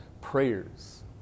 prayers